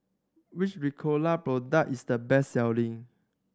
which Ricola product is the best selling